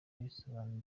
bisobanuye